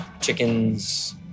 chickens